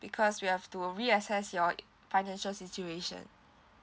because we have to reassess your financial situation